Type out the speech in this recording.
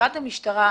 מבחינת המשטרה,